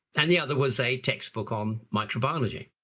and the other was a textbook on microbiology.